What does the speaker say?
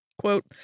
Quote